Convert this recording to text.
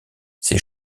ces